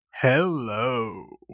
hello